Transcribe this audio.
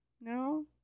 No